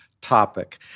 topic